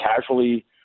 casually